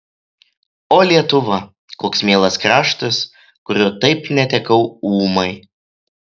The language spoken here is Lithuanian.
o lietuva koks mielas kraštas kurio taip netekau ūmai